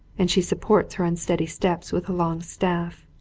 and she supports her unsteady steps with a long staff.